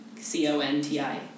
C-O-N-T-I